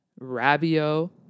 Rabio